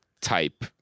type